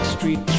Street